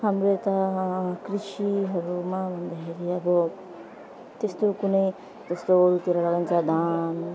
हाम्रो यता कृषिहरूमा भन्दाखेरि अब त्यस्तो कुनै त्यस्तोतिर लगाउँछ धान